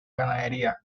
ganadería